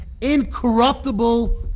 incorruptible